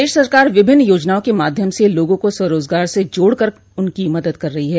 प्रदेश सरकार विभिन्न योजनाओं के माध्यम से लोगों को स्वरोजगार से जोड़कर उनकी मदद कर रही है